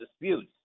disputes